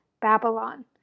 Babylon